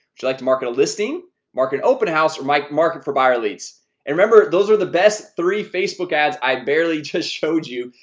you you like to market a listing mark an open house or mike market for buyer leads and remember? those are the best three facebook ads. i barely just showed you.